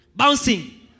Bouncing